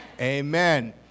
Amen